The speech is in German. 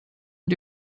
und